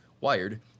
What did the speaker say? wired